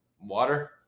Water